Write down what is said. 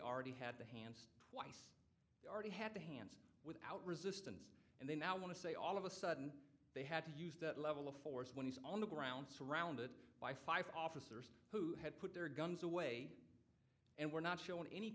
already had the hands already had the hands without resistance and they now want to say all of a sudden they had to use that level of force when he's on the ground surrounded by five officers who had put their guns away and were not showing any